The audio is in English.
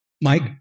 Mike